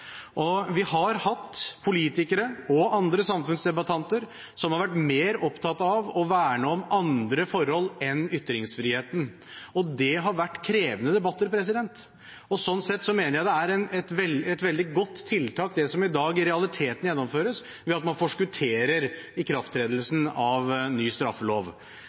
Vi har hatt politikere og andre samfunnsdebattanter som har vært mer opptatt av å verne om andre forhold enn ytringsfriheten, og det har vært krevende debatter. Sånn sett mener jeg det er et veldig godt tiltak det som i dag i realiteten vedtas, ved at man forskutterer ikrafttredelsen av ny straffelov.